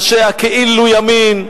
אנשי ה"כאילו" ימין,